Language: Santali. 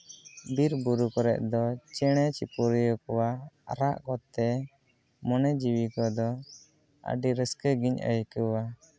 ᱵᱤᱨᱼᱵᱩᱨᱩ ᱠᱚᱨᱮᱜ ᱫᱚ ᱪᱮᱬᱮ ᱪᱤᱯᱲᱩ ᱠᱚᱣᱟᱜ ᱨᱟᱜ ᱠᱚᱛᱮ ᱢᱚᱱᱮ ᱡᱤᱣᱤ ᱠᱚᱫᱚ ᱟᱹᱰᱤ ᱨᱟᱹᱥᱠᱟᱹ ᱜᱤᱧ ᱟᱹᱭᱠᱟᱹᱣᱟ